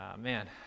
Man